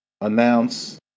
announce